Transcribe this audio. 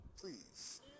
please